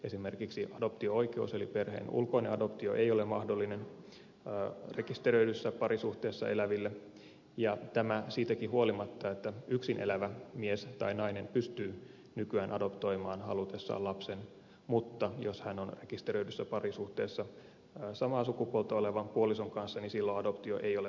esimerkiksi adoptio oikeus eli perheen ulkoinen adoptio ei ole mahdollinen rekisteröidyssä parisuhteessa eläville tämä siitäkin huolimatta että yksin elävä mies tai nainen pystyy nykyään adoptoimaan halutessaan lapsen mutta jos hän on rekisteröidyssä parisuhteessa samaa sukupuolta olevan puolison kanssa niin silloin adoptio ei ole mahdollinen